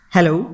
Hello